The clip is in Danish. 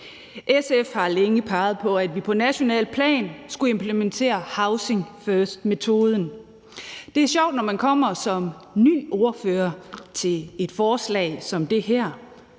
SF har længe peget på, at vi på nationalt plan skulle implementere housing first-metoden. Det er sjovt, når man kommer som ny ordfører til et forslag som det her: